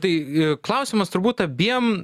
tai klausimas turbūt abiem